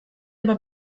aber